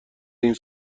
این